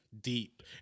deep